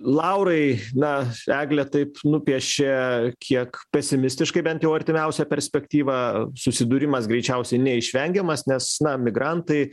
laurai na eglė taip nupiešė kiek pesimistiškai bent jau artimiausią perspektyvą susidūrimas greičiausiai neišvengiamas nes na migrantai